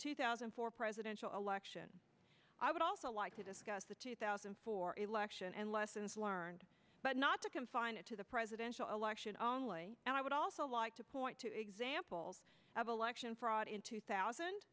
two thousand and four presidential election i would also like to discuss the two thousand and four election and lessons learned but not to confine it to the presidential election only and i would also like to point to examples of election fraud in two thousand